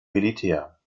militär